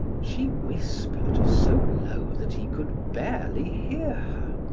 she whispered so low that he could barely hear her